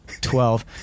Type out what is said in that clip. Twelve